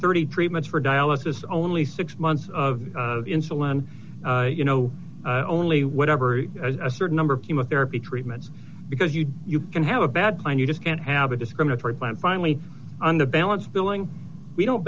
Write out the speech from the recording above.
thirty treatments for dialysis only six months of insulin you know only whatever a certain number of chemotherapy treatments because you you can have a bad plan you just can't have a discriminatory plan finally on the balance billing we don't